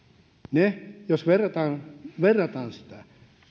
jos verrataan verrataan sitä